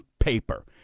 paper